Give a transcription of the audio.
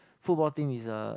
football team is a